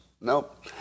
Nope